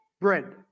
bread